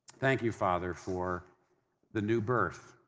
thank you, father, for the new birth.